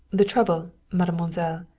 the trouble, mademoiselle,